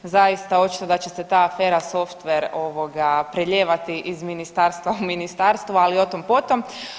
Zaista očito da će se ta afera softver prelijevati iz ministarstva u ministarstvo ali o tom potom.